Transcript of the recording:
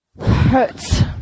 hurts